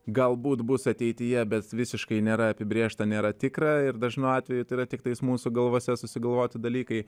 galbūt bus ateityje bet visiškai nėra apibrėžta nėra tikra ir dažnu atveju tai yra tiktais mūsų galvose susigalvoti dalykai